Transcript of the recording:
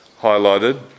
highlighted